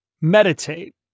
Meditate